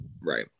right